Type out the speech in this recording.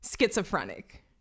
Schizophrenic